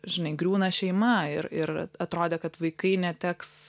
žinai griūna šeima ir ir atrodė kad vaikai neteks